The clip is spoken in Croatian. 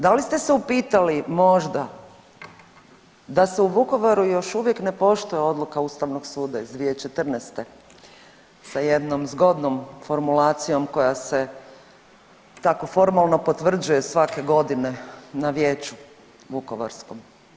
Da li ste se upitali možda da se u Vukovaru još uvijek ne poštuje odluka Ustavnog suda iz 2014. sa jednom zgodnom formulacijom koja se tako formalno potvrđuje svake godine na vijeću vukovarskom.